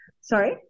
Sorry